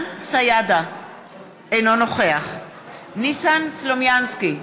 אינו נוכח ניסן סלומינסקי,